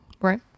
Right